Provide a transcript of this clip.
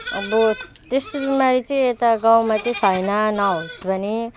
अब त्यस्तो बिमारी चाहिँ यता गाउँमा चाहिँ छैन नहोस् पनि